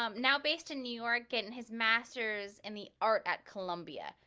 um now based in new york getting his master's in the art at columbia,